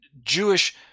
Jewish